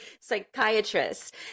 psychiatrist